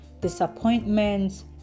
disappointments